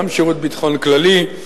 גם שירות הביטחון הכללי,